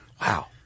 Wow